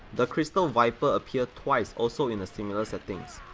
the crystal viper appear twice also in a similar settings.